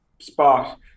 spot